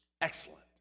excellent